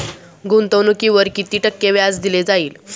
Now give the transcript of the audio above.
गुंतवणुकीवर किती टक्के व्याज दिले जाईल?